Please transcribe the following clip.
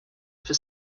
for